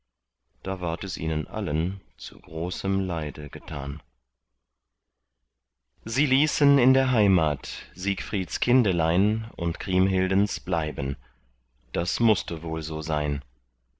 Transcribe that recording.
da ward es ihnen allen zu großem leide getan sie ließen in der heimat siegfrieds kindelein und kriemhildens bleiben das mußte wohl so sein